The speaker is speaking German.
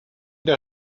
der